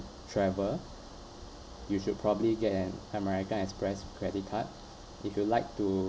travel you should probably get an american express credit card if you like to